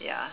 ya